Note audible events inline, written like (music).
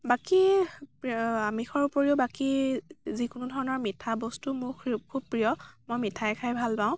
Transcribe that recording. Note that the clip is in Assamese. বাকী আমিষৰ উপৰিও বাকী যিকোনো ধৰণৰ মিঠা বস্তু মোৰ (unintelligible) খুব প্ৰিয় মই মিঠাই খাই ভাল পাওঁ